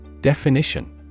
Definition